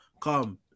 come